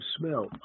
smell